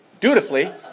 dutifully